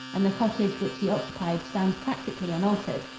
and the cottage which he occupied stands practically unaltered.